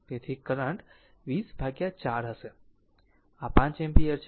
તેથી કરંટ 204 હશે 5 એમ્પીયર છે